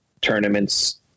tournaments